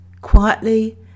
quietly